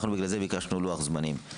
לכן ביקשנו לוח זמנים.